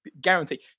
guarantee